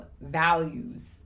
values